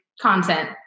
content